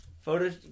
Photos